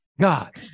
God